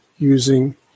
using